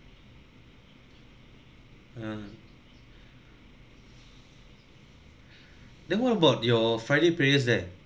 uh then what about your friday prayers there